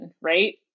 right